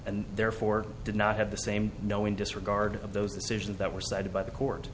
and therefore did not have the same knowing disregard of those decisions that were cited by the court